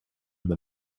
when